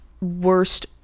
worst